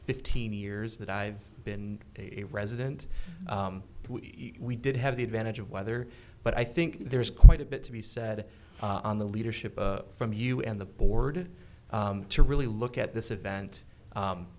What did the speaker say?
fifteen years that i've been a resident we did have the advantage of weather but i think there is quite a bit to be said on the leadership from you and the board to really look at this event